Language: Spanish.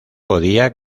podía